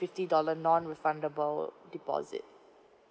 fifty dollar non refundable deposit